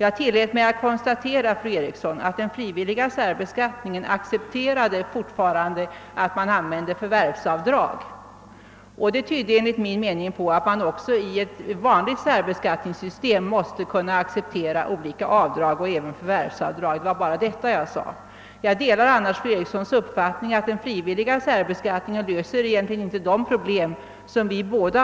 Jag konstaterade att den frivilliga särbeskattningen fortfarande accepterade förvärvsavdrag. Det tyder enligt min mening på att man också i ett vanligt särbeskattningssystem bör kunna acceptera olika avdrag och även förvärvsdrag. Det var bara detta jag sade. Jag delar annars fru Erikssons i Stockholm uppfattning att den frivilliga särbeskattningen egentligen inte löser de problem som vi båda